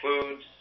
foods